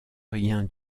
rien